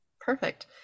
Perfect